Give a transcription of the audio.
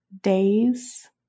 days